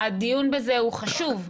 הדיון בזה הוא חשוב,